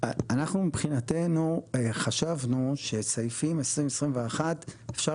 אנחנו מבחינתנו חשבנו שסעיפים 20 ו-21 אפשר